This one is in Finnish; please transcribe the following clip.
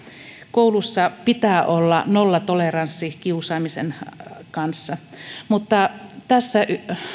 koulussa pitää olla nollatoleranssi kiusaamisen kanssa mutta tässä